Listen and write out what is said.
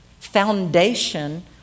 foundation